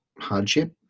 hardship